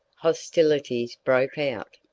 hostilities broke out.